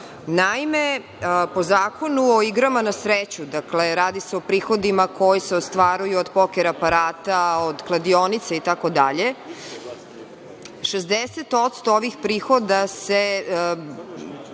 Srbiji. Naime, po Zakonu o igrama na sreću, dakle, radi se o prihodima koji se ostvaruju od poker aparata, od kladionica itd, 60% ovih prihoda se